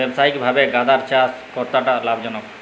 ব্যবসায়িকভাবে গাঁদার চাষ কতটা লাভজনক?